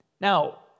Now